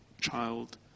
child